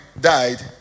died